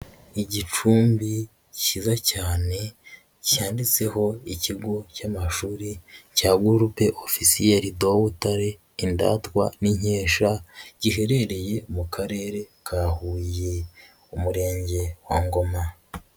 Igicumbi cyiza cyane cyanditseho ikigo cy'amashuri cya gurupe ofisiyeri de Butare indatwa n'inkesha, giherereye mu karere ka Huye umurenge wa Ngoma.